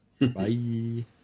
Bye